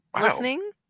listening